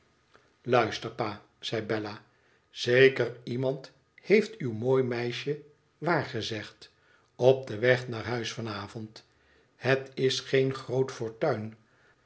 luister pa zei bella zeker iemand heeft uw mooie meisje waargezegd op den weg naar huis van avond het is geen groot fortuin